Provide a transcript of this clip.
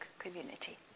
community